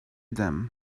them